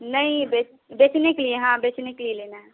नहीं बेच बेचने के लिए हाँ बेचने के लिए लेना है